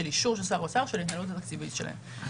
של אישור של שר אוצר את ההתנהלות התקציבית שלהם.